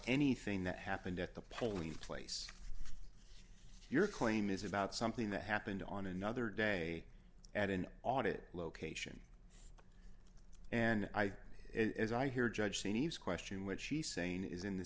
anything that happened at the polling place your claim is about something that happened on another day at an audit location and i think it is i hear judge seems question which she saying is in the